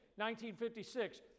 1956